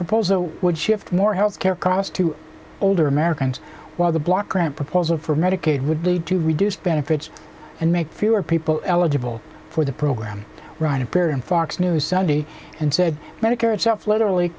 proposal would shift more health care cost to older americans while the block grant proposal for medicaid would lead to reduced benefits and make fewer people eligible for the program run appeared on fox news sunday and said medicare itself literally